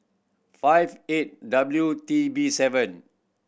five eight W T B seven